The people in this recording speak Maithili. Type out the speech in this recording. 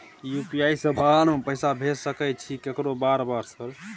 यु.पी.आई से बाहर में पैसा भेज सकय छीयै केकरो बार बार सर?